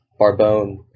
Barbone